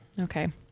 Okay